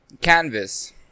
Canvas